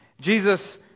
Jesus